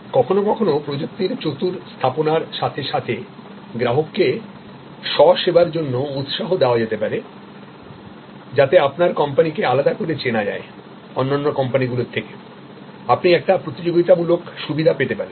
কখনও কখনও প্রযুক্তির চতুর স্থাপনার সাথে সাথে গ্রাহককে স্ব সেবার জন্য উৎসাহ দেওয়া যেতে পারে যাতে আপনার কোম্পানিকে আলাদা করে চেনা যায় অন্যান্য কোম্পানিগুলির থেকে আপনি একটি প্রতিযোগিতামূলক সুবিধা পেতে পারেন